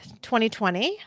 2020